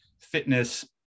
fitness